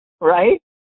Right